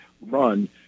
run